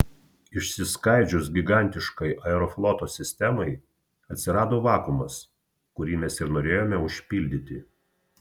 išsiskaidžius gigantiškai aerofloto sistemai atsirado vakuumas kurį mes ir norėjome užpildyti